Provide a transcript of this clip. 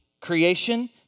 creation